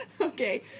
Okay